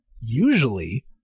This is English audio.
Usually